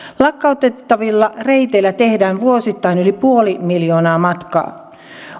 lakkautettavilla reiteillä tehdään vuosittain yli puoli miljoonaa matkaa